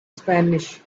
spanish